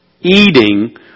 eating